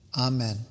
Amen